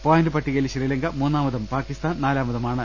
point പട്ടികയിൽ ശ്രീലങ്ക മൂന്നാമതും പാക്കിസ്ഥാൻ നാലാമതുമാണ്